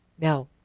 Now